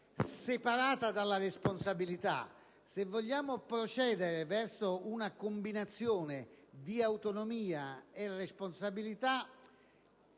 separata dalla responsabilità. Se vogliamo procedere verso una combinazione di autonomia e responsabilità,